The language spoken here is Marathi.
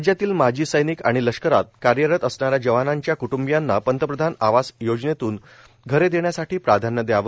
राज्यातील माजी समिक आणि लष्करात कार्यरत असणाऱ्या जवानांच्या कृट्बियांना पंतप्रधान आवास योजनेतून घरे देण्यासाठी प्राधान्य दयावे